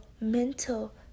mental